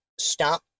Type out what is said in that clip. stop